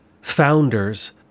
founders